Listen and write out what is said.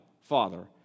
Father